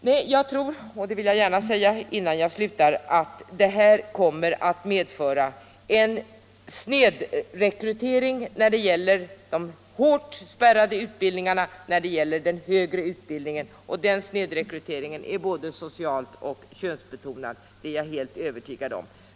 Nej, jag tror — och det vill jag gärna ha sagt innan jag slutar — att detta system kommer att medföra en snedrekrytering till de hårt spärrade utbildningslinjerna, men även till övrig högre utbildning, och den snedrekryteringen är både social och könsbetonad.